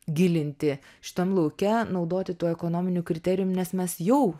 gilinti šitam lauke naudoti tų ekonominiu kriterijum nes mes jau